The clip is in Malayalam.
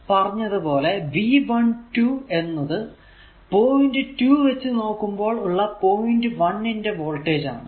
ആദ്യം പറഞ്ഞത് പോലെ V12 എന്നത് പോയിന്റ് 2 വച്ച് നോക്കുമ്പോൾ ഉള്ള പോയിന്റ് 1 ന്റെ വോൾടേജ് ആണ്